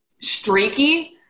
streaky –